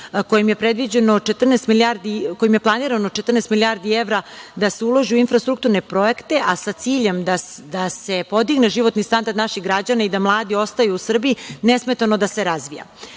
kojim je planirano 14 milijardi evra da se uloži u infrastrukturne projekte, a sa ciljem da se podigne životni standard naših građana i da mladi ostaju u Srbiji, nesmetano da se razvija. Da